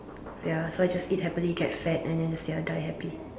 so ya so I just eat happily get fat and then this ya die happy